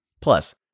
Plus